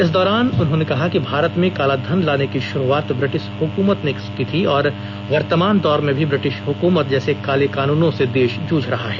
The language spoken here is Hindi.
इस दौरान उन्होंने कहा कि भारत में काला धन लाने की शुरुआत ब्रिटिश हुकूमत ने की थी और वर्तमान दौर में भी ब्रिटिश हुकूमत जैसे काले कानूनों से देश जूझ रहा है